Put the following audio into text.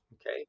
Okay